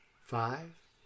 five